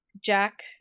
Jack